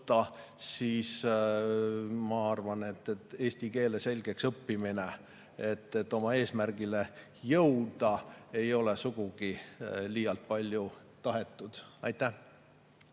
siis ma arvan, et eesti keele selgeks õppimine, et oma eesmärgile jõuda, ei ole sugugi liialt palju tahetud. Aitäh!